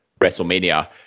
WrestleMania